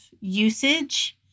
usage